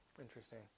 Interesting